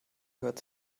gehört